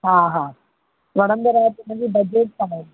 हा हा वणंदड़ आहे त हुनजी बजेट छा आहे